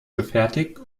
gefertigt